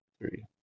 three